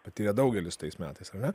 patyrė daugelis tais metais ar ne